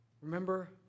Remember